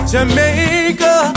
Jamaica